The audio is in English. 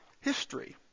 history